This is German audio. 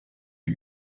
die